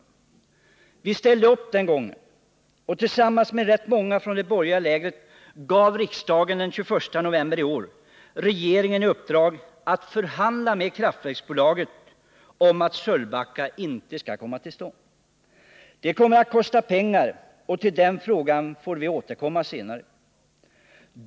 Vi socialdemokrater ställde upp även den gången. Tillsammans med rätt många från det borgerliga lägret gav vi den 21 november i år regeringen i uppdrag att förhandla med kraftverksbolaget om att Sölvbacka inte skall komma till stånd. Det kommer att kosta pengar, och till den frågan får vi återkomma senare.